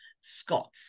Scott's